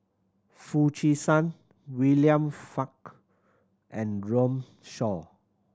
Foo Chee San William and Runme Shaw